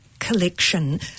collection